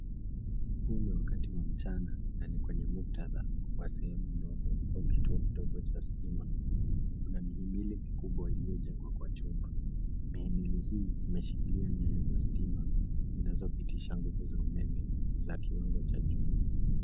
Huu ni wakati wa mchana na ni kwenye muktadha wa sehemu ndogo au kituo kidogo cha stima. Kuna mihilimi mikubwa iliyojengwa kwa chuma. Mihimili hii imeshikilia nyaya za stima zinazopitisha nguvu za umeme za kiwango cha juu.